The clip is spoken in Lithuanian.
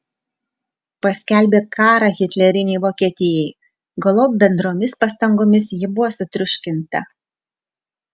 paskelbė karą hitlerinei vokietijai galop bendromis pastangomis ji buvo sutriuškinta